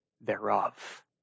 thereof